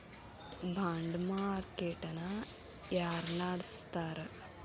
Bond market ನ ಯಾರ್ನಡ್ಸ್ತಾರ?